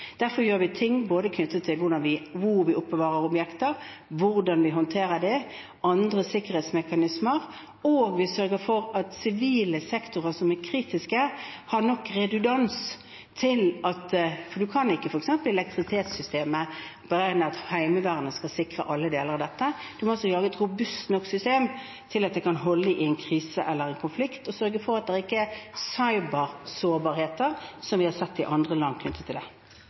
Derfor gjør vi ting både knyttet til hvor vi oppbevarer objekter, hvordan vi håndterer det, og andre sikkerhetsmekanismer, og vi sørger for at sivile sektorer som er kritiske, har nok redundans – for man kan ikke f.eks. når det gjelder elektrisitetssystemet, beregne at Heimevernet skal sikre alle deler av dette. Man må lage et system som er robust nok til at det kan holde i en krise eller i en konflikt, og sørge for at det ikke er cybersårbarhet der, som vi har sett i andre land knyttet til